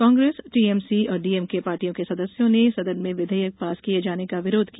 Congress TMC और DMK पार्टियों के सदस्यों ने सदन में विर्धेयक पेश किए जाने का विरोध किया